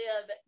live